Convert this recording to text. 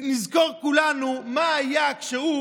נזכור כולנו מה היה כשהוא